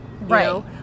right